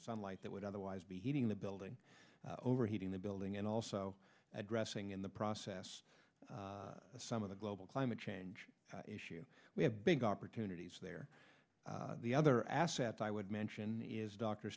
sunlight that would otherwise be heating the building over heating the building and also addressing in the process some of the global climate change issue we have big opportunities there the other assets i would mention is d